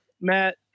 Matt